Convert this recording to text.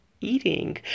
eating